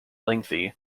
lengthy